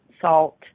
salt